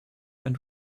and